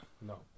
No